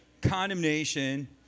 condemnation